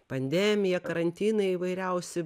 pandemija karantinai įvairiausi